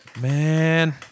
man